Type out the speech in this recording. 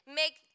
make